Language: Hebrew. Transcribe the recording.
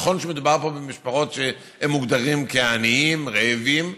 נכון שמדובר פה במשפחות שמוגדרות כעניים וכרעבים,